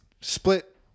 split